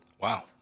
Wow